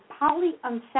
polyunsaturated